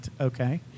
Okay